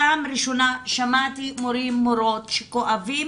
פעם ראשונה שמעתי מורים ומורות שכואבים